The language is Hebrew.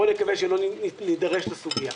בואו נקווה שלא נדרש בסוגיה.